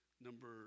Number